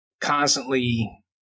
constantly